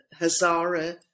Hazara